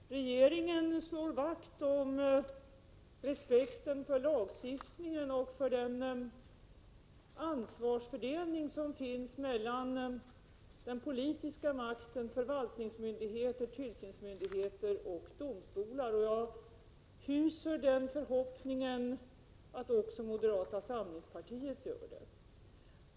Herr talman! Regeringen slår vakt om respekten för lagstiftningen och för den ansvarsfördelning som finns mellan den politiska makten, förvaltningsmyndigheter, tillsynsmyndigheter och domstolar, och jag hyser förhoppning att också moderata samlingspartiet gör det.